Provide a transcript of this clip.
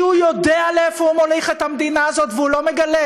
כי הוא יודע לאיפה הוא מוליך את המדינה הזאת והוא לא מגלה,